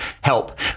help